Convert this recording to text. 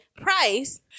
price